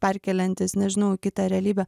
perkeliantys nežinau į kitą realybę